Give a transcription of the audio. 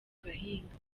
gahinga